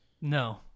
No